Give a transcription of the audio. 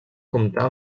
comptar